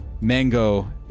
mango